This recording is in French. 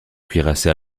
cuirassé